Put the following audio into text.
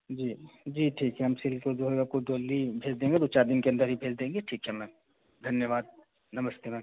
जी जी ठीक है हम सील कर जो है आपको जल्दी भेज देंगे दो चार दिन के अंदर ही भेज देंगे ठीक है मैम धन्यवाद नमस्ते मैम